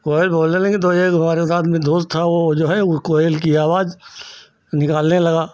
कोयल बोलने लगी तो एक हमारे साथ में दोस्त था वह जो है वह कोयल की आवाज़ निकालने लगा